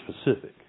specific